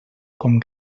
com